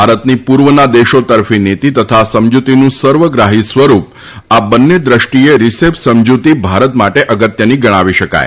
ભારતની પૂર્વના દેશો તરફી નીતિ તથા સમજુતીનું સર્વગ્રાહી સ્વરૂપ આ બંને દ્રષ્ટિએ રિસેપ સમજૂતી ભારત માટે અગત્યની ગણાવી શકાય